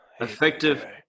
Effective